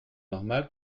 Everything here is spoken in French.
normal